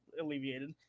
alleviated